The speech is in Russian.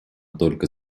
только